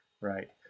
right